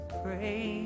pray